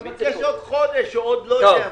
אז אני מבקש עוד חודש, או עוד לא יודע מה.